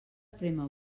prémer